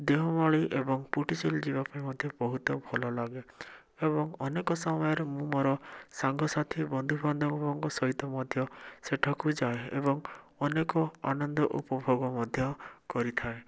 ଦେଓମାଳୀ ଏବଂ ପୋଟିସିଲ ଯିବାପାଇଁ ମୋତେ ବହୁତ ଭଲ ଲାଗେ ଏବଂ ଅନେକ ସମୟରେ ମୁଁ ମୋର ସାଙ୍ଗସାଥି ବନ୍ଧୁବାନ୍ଧବଙ୍କ ସହିତ ମଧ୍ୟ ସେଠାକୁ ଯାଏ ଏବଂ ଅନେକ ଆନନ୍ଦ ଉପଭୋଗ ମଧ୍ୟ କରିଥାଏ